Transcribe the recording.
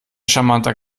charmanter